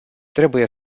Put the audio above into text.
trebuie